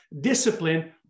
discipline